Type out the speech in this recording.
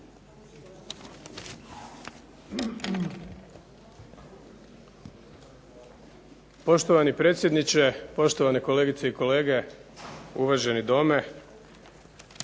Poštovani predsjedniče, poštovane kolegice i kolege, uvaženi Dome.